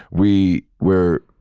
we, were,